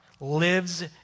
lives